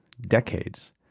decades